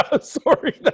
sorry